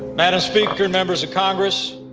madam speaker and members of congress,